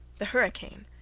the hurricane,